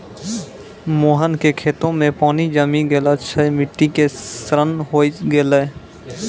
मोहन के खेतो मॅ पानी जमी गेला सॅ मिट्टी के क्षरण होय गेलै